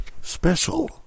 special